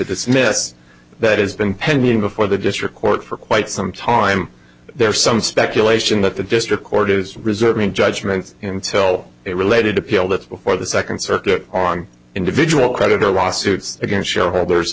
dismiss that has been pending before the district court for quite some time there's some speculation that the district court is reserving judgment until it related to appeal that before the second circuit on individual creditor lawsuits against shareholders